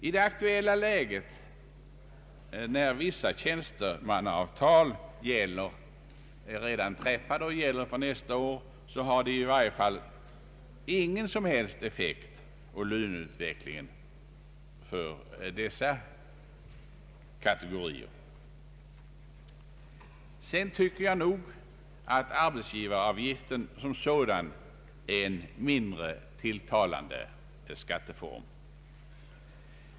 I det aktuella läget, när vissa tjänstemannaavtal redan är träffade och gäller från nästa år, har det i varje fall ingen som helst effekt på löneutvecklingen för dessa kategorier. Sedan tycker jag nog att arbetsgivaravgiften som sådan är en mindre till talande skatteform.